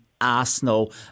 Arsenal